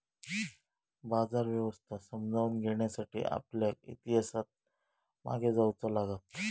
बाजार व्यवस्था समजावून घेण्यासाठी आपल्याक इतिहासात मागे जाऊचा लागात